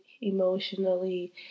emotionally